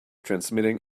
transmitting